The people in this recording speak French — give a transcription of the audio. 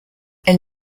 elle